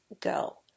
go